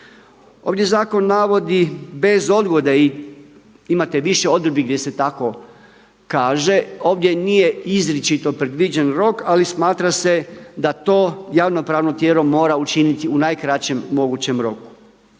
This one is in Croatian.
Ovdje zakon navodi bez odgode, imate više odredbi gdje se tako kaže. Ovdje nije izričito predviđen rok, ali smatra se da to javno-pravno tijelo mora učiniti u najkraćem mogućem roku.